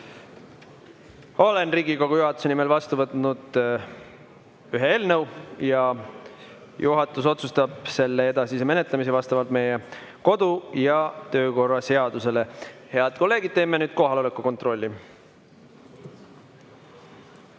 Olen Riigikogu juhatuse nimel vastu võtnud ühe eelnõu ja juhatus otsustab selle edasise menetlemise vastavalt meie kodu‑ ja töökorra seadusele. Head kolleegid, teeme nüüd kohaloleku kontrolli.